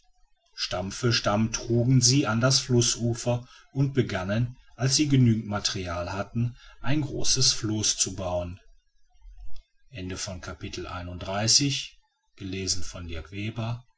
für stamm trugen sie an das flußufer und begannen als sie genügendes material hatten ein großes floß zu bauen